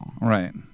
Right